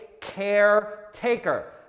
caretaker